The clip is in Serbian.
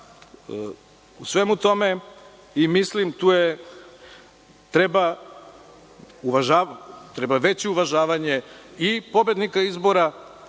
u svemu tome i mislim, tu je, treba veće uvažavanje i pobednika izbora,